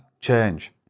change